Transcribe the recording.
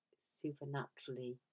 supernaturally